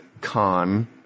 con